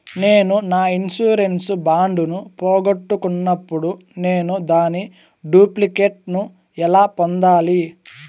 నేను నా insurance bond ను పోగొట్టుకున్నప్పుడు నేను దాని డూప్లికేట్ ను ఎలా పొందాలి?